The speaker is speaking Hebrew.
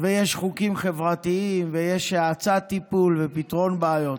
ויש חוקים חברתיים, ויש האצת טיפול ופתרון בעיות.